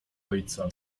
ojca